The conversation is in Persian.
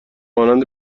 مانند